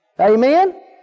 Amen